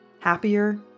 happier